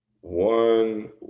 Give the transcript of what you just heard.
one